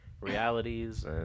realities